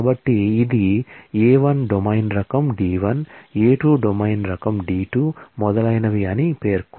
కాబట్టి ఇది A1 domain రకం D1 A2 డొమైన్ రకం D2 మొదలైనవి అని పేర్కొంది